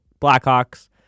Blackhawks